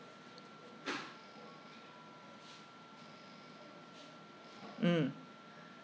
mm